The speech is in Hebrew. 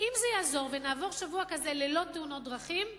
זה יעזור ונעבור שבוע כזה ללא תאונות דרכים,